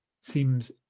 seems